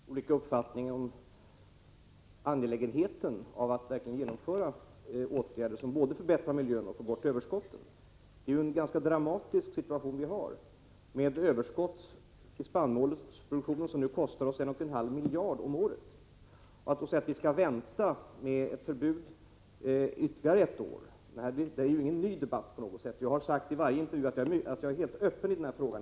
Herr talman! Arne Andersson i Ljung och jag har olika uppfattning om angelägenheten av att verkligen genomföra åtgärder som både förbättrar miljön och får bort överskotten. Det är en ganska dramatisk situation vi har med ett överskott i spannmålsproduktionen vilket nu kostar oss 1,5 miljarder om året. Det här är ju ingen ny debatt. Jag har i varje intervju sagt att jag är helt öppen i den här frågan.